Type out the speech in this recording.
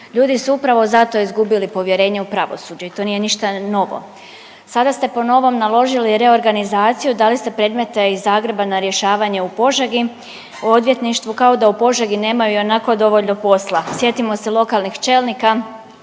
Ljudi su upravo zato izgubili povjerenje u pravosuđe i to nije ništa novo. Sada ste po novom naložili reorganizaciju, dali ste predmete iz Zagreba na rješavanje u Požegi odvjetništvu kao da u Požegi nemaju ionako dovoljno posla. Sjetimo se lokalnih čelnika